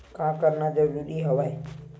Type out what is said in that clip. का करना जरूरी हवय?